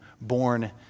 born